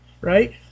right